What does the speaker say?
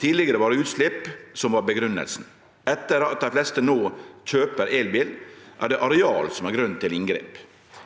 Tidlegare var det utslepp som var grunngjevinga. Etter at dei fleste no kjøper elbil, er det areal som er grunnen til inngrep.